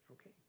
Okay